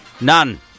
None